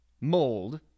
mold